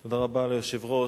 תודה רבה ליושב-ראש.